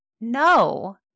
no